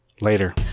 Later